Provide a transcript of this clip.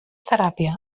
teràpia